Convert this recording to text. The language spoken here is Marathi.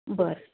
बरं